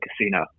casino